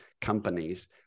companies